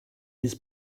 his